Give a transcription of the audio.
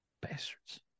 bastards